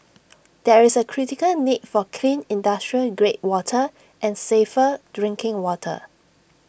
there is A critical need for clean industrial grade water and safer drinking water